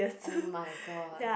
oh-my-god